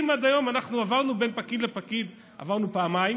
אם עד היום עברנו בין פקיד לפקיד ועברנו פעמיים,